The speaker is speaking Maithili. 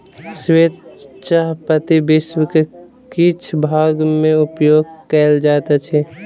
श्वेत चाह पत्ती विश्व के किछ भाग में उपयोग कयल जाइत अछि